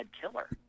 killer